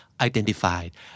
identified